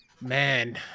Man